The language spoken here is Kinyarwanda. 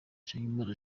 nsengimana